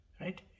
Right